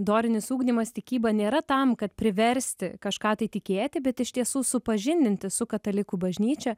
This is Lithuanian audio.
dorinis ugdymas tikyba nėra tam kad priversti kažką tai tikėti bet iš tiesų supažindinti su katalikų bažnyčia